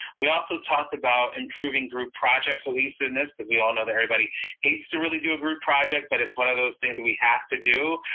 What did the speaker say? we also talked about improving group project cohesiveness, cause we all know that everybody hates to really do a group project, but it's one of those things that we have to do.